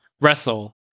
wrestle